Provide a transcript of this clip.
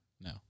No